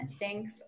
Thanks